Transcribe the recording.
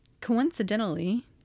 Coincidentally